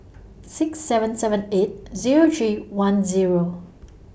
six seven seven eight Zero three one Zero